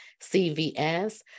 CVS